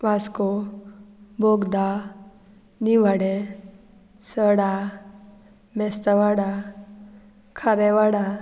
Vasco Bogda Nivade Sada Mestawada Kharewada